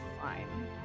Fine